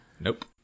Nope